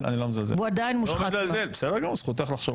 אני חושבת שאם יש תביעה אזרחית על מצב